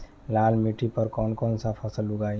लाल मिट्टी पर कौन कौनसा फसल उगाई?